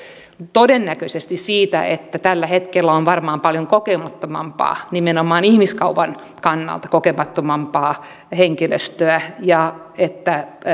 todennäköisesti sitä että tällä hetkellä on varmaan paljon kokemattomampaa nimenomaan ihmiskaupan kannalta kokemattomampaa henkilöstöä ja että